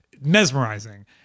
mesmerizing